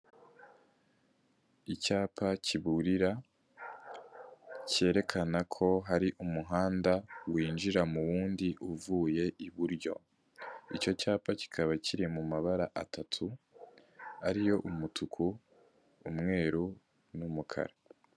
Icyapa kiburira cyerekana ko hari umuhanda winjira mu wundi uvuye iburyo, icyo cyapa kikaba kiri mu mabara atatu ariyo umutuku, umweru n'umukara.